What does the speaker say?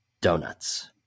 donuts